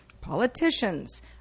politicians